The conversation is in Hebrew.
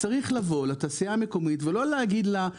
צריך לבוא לתעשייה המקומית ולא להגיד לך תסתדרו,